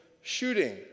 shooting